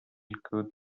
could